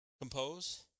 compose